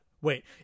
wait